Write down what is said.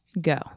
Go